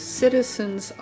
citizens